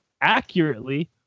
accurately